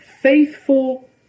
faithful